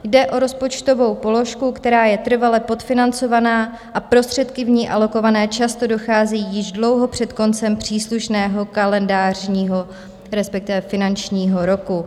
Jde o rozpočtovou položku, která je trvale podfinancovaná a prostředky v ní alokované často docházejí již dlouho před koncem příslušného kalendářního, respektive finančního roku.